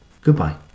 Goodbye